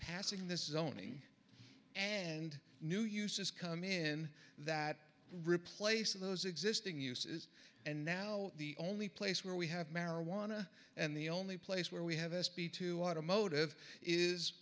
passing this is only and new uses come in that replacing those existing uses and now the only place where we have marijuana and the only place where we have s p two automotive is